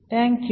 നന്ദി